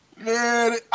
Man